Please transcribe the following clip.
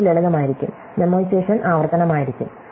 ഇത് ലളിതമായിരിക്കും മേമ്മോയിസേഷേൻ ആവർത്തനമായിരിക്കും